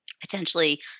potentially